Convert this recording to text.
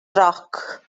roc